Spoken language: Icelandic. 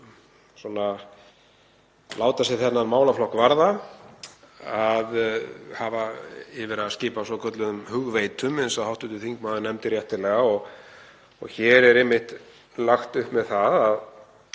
sem láta sig þennan málaflokk varða hafi á að skipa svokölluðum hugveitum, eins og hv. þingmaður nefndi réttilega, og hér er einmitt lagt upp með að